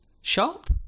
shop